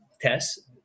tests